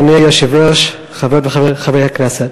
אדוני היושב-ראש, חברות וחברי הכנסת,